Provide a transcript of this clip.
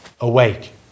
awake